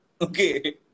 Okay